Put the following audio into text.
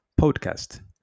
podcast